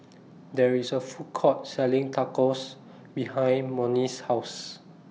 There IS A Food Court Selling Tacos behind Monnie's House